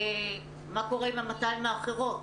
מה קורה עם ה-200 האחרות?